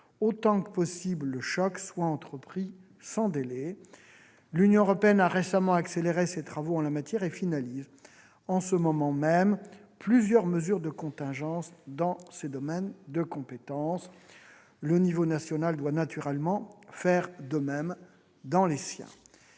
autant que possible le choc soit entrepris sans délai. L'Union européenne a récemment accéléré ses travaux en la matière et finalise en ce moment même plusieurs mesures de contingence dans ses domaines de compétence. Le niveau national doit naturellement faire de même dans les siens.